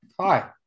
hi